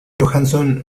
johansson